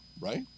right